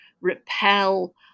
repel